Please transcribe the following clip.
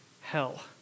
hell